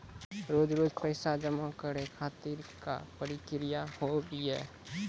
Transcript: रोज रोज पैसा जमा करे खातिर का प्रक्रिया होव हेय?